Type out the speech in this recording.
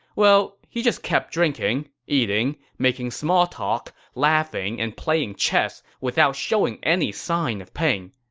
well, he just kept drinking, eating, making small talk, laughing, and playing chess without showing any sign of pain.